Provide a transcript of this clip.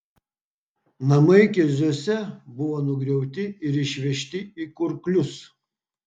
namai keziuose buvo nugriauti ir išvežti į kurklius